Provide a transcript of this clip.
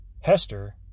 Hester